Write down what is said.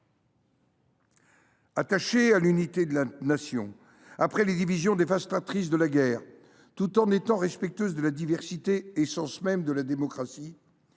Attachée à l’unité de la Nation, après les divisions dévastatrices de la guerre, tout en étant respectueuse de la diversité, essence même de la démocratie,